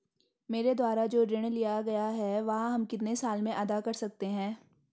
मेरे द्वारा जो ऋण लिया गया है वह हम कितने साल में अदा कर सकते हैं?